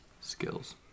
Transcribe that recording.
Skills